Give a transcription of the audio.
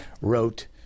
wrote